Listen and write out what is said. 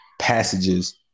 passages